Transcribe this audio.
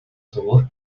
ddŵr